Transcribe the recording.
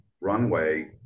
runway